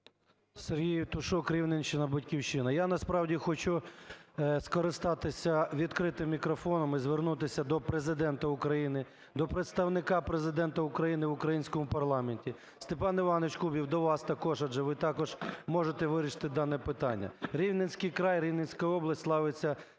Сергій Євтушок, Рівненщина, "Батьківщина". Я насправді хочу скористатися відкритим мікрофоном і звернутися до Президента України, до Представника Президента України в українському парламенті. Степан Іванович Кубів, до вас також, адже ви також можете вирішити дане питання. Рівненський край, Рівненська область славиться